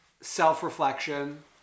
self-reflection